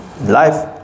life